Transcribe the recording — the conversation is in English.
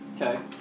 Okay